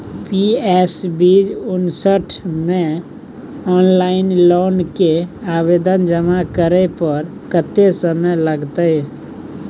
PS बीच उनसठ म ऑनलाइन लोन के आवेदन जमा करै पर कत्ते समय लगतै?